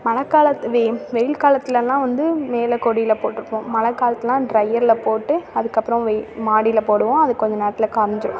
மழை காலத்து வெயி வெயில் காலத்திலலாம் வந்து மேலே கொடியில போட்டிருப்போம் மழை காலத்துலெலாம் ட்ரையரில் போட்டு அதுக்கப்புறம் வெயி மாடியில் போடுவோம் அது கொஞ்சம் நேரத்தில் காய்ஞ்சிரும்